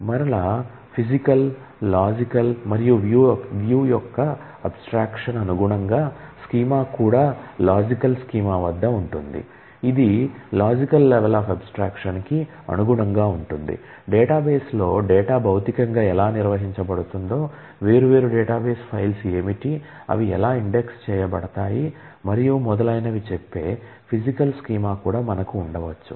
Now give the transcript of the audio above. మరలా ఫిజికల్ కూడా మనకు ఉండవచ్చు